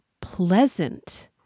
pleasant